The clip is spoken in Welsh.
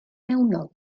mewnol